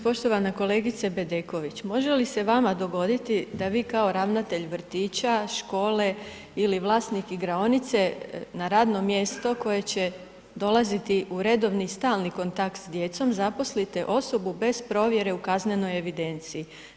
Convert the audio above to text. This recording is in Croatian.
Poštovana kolegice Bedeković, može li se vama dogoditi da vi kao ravnatelj vrtića, škole ili vlasnik igraonice na radno mjesto koje će dolaziti u redovni stalni kontakt s djecom, zaposlite osobu bez provjere u kaznenoj evidenciji?